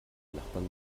nachbarn